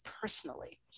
personally